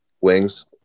Wings